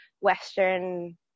western